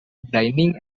dining